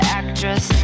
actress